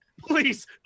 Please